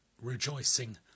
rejoicing